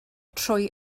trwy